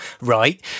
right